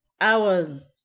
hours